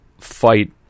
fight